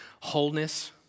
wholeness